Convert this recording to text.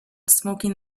smoking